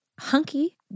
hunky